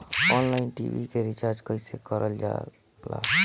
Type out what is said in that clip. Online TV के recharge कईसे करल जाला?